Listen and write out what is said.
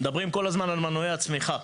מדברים כל הזמן על מנועי הצמיחה.